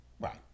Right